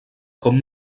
com